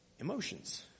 emotions